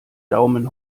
daumen